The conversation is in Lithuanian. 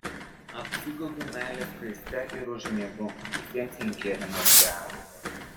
apsigaubiu meilės skraiste ir užmiegu visiems linkėdamas gero